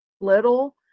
little